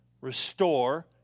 restore